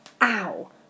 Ow